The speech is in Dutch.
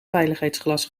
veiligheidsglas